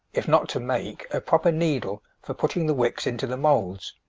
if not to make, a proper needle for putting the wicks into the moulds.